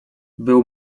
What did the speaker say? był